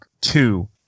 two